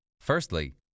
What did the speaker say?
Firstly